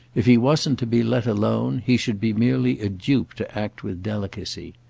if he wasn't to be let alone he should be merely a dupe to act with delicacy.